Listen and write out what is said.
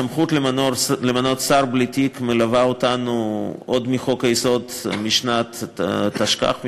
הסמכות למנות שר בלתי תיק מלווה אותנו עוד מחוק-היסוד משנת תשכ"ח,